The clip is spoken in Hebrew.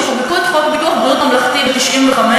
כשחוקקו את חוק ביטוח בריאות ממלכתי ב-1995,